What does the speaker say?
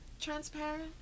transparent